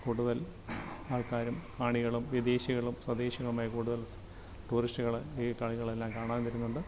കൂടുതൽ ആൾക്കാരും കാണികളും വിദേശികളും സ്വദേശികളുമായി കൂടുതൽ ടൂറിസ്റ്റുകൾ ഈ കളികളെല്ലാം കാണാൻ വരുന്നുണ്ട്